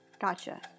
Gotcha